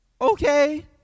Okay